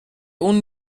اون